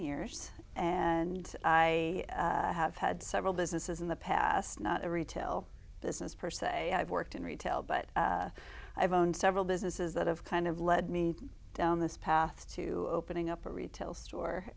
years and i have had several businesses in the past not a retail business per se i've worked in retail but i've owned several businesses that have kind of led me down this path to opening up a retail store